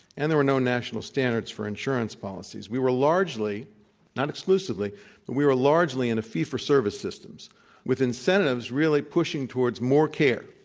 and there were no national standards for insurance policies. we were largely not exclusively, but we were largely in a fee for service system with incentives really pushing towards more care,